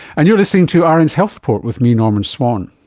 and you're listening to um rn's health report with me, norman swan.